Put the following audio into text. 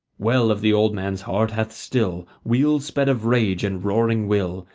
well if the old man's heart hath still wheels sped of rage and roaring will,